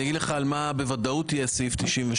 אני אומר לך על מה בוודאות יהיה סעיף 98,